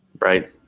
Right